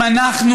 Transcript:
אם אנחנו